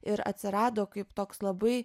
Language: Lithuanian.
ir atsirado kaip toks labai